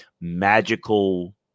magical